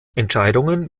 entscheidungen